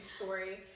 story